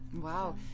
Wow